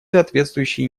соответствующие